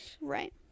Right